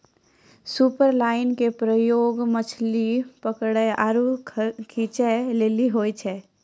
superline के प्रयोग मछली पकरै आरु खींचै लेली होय छै